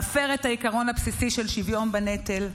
מפר את העיקרון הבסיסי של שוויון בנטל.